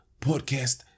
Podcast